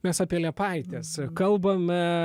mes apie liepaites kalbame